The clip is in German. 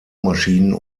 maschinen